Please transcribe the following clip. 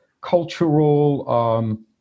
cultural